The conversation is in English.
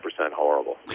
horrible